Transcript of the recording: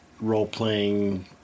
role-playing